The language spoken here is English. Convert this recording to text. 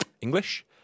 English